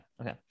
okay